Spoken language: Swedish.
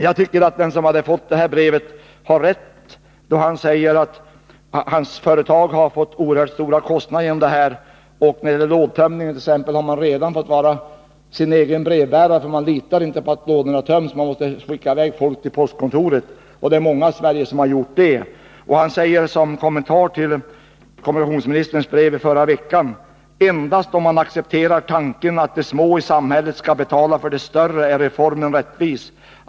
Jag tycker att den som fick brevet i fråga har rätt när han pekar på att hans företag har fått oerhört stora kostnader genom den ordning som införts. När det gäller brevlådstömningen framhåller han t.ex. att man har fått bli sin egen brevbärare genom att man inte kan lita på att lådorna blir tömda som de skall. I stället får man skicka i väg posten med bud till postkontoret — och det har också många andra i landet fått göra. Den person det gäller säger som kommentar till kommunikationsministerns brev i förra veckan: Endast om man accepterar tanken att de små i samhället skall betala för de större, är reformen rättvis.